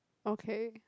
okay